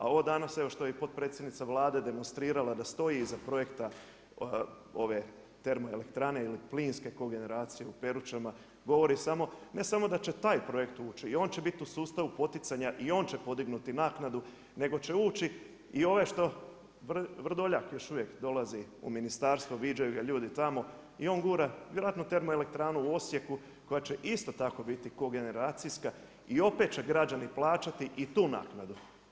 A ovo danas, evo što i potpredsjednica Vlade demonstrirala da stoji iza projekta ove termoelektrane ili plinske kogeneraciju u Peručama, govori samo, ne samo da će taj projekt uči, i on će biti u sustavu poticanja i on će podignuti naknadu nego će ući i ove što Vrdoljak još uvijek dolazi u ministarstvo, viđaju ga ljudi tamo, i on gura vjerojatno termoelektranu u Osijeku koja će isto tako biti kogeneracijska, i opet će građani plaćati, i tu naknadu.